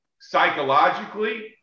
psychologically